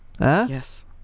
Yes